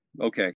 okay